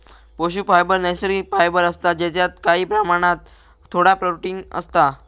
पशू फायबर नैसर्गिक फायबर असता जेच्यात काही प्रमाणात थोडा प्रोटिन असता